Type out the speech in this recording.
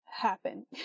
happen